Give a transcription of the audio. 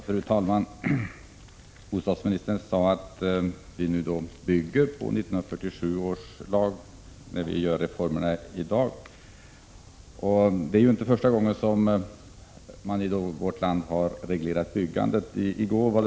Fru talman! Bostadsministern sade att de reformer som nu genomförs bygger på 1947 års lag. Det är alltså inte första gången som vi reglerar byggandet i vårt land.